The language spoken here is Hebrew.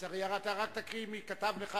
רק תקריא מי כתב לך,